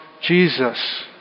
Jesus